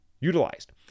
utilized